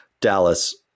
Dallas